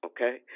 Okay